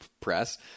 Press